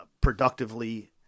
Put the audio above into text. productively